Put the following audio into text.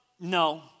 no